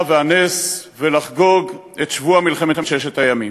והנס ולחגוג את שבוע מלחמת ששת הימים.